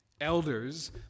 Elders